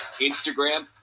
Instagram